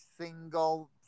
single